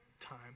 time